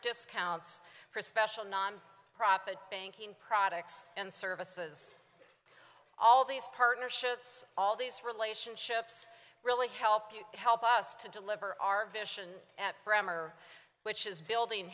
discounts for special non profit banking products and services all these partnerships all these relationships really help you help us to deliver our vision at bremmer which is building